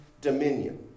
dominion